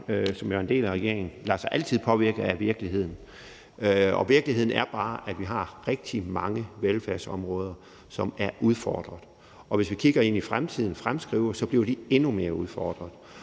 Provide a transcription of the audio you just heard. som jo er en del af regeringen, lader sig altid påvirke af virkeligheden, og virkeligheden er bare, at vi har rigtig mange velfærdsområder, som er udfordret, og hvis vi kigger ind i fremtiden og fremskriver, bliver de endnu mere udfordret.